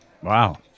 wow